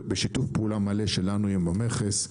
בשיתוף פעולה מלא שלנו עם המכס,